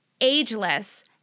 ageless